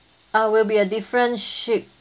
uh will be a different ship